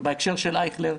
ובהקשר של אייכלר,